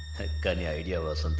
the idea was and